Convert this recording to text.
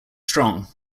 strong